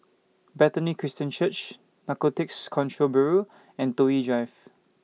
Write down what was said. Bethany Christian Church Narcotics Control Bureau and Toh Yi Drive